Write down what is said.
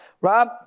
Rob